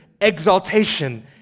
exaltation